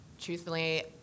truthfully